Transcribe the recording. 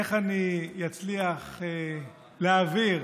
איך אני אצליח להעביר